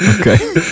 Okay